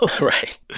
Right